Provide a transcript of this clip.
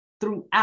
throughout